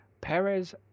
Perez